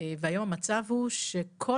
והיום המצב הוא שכל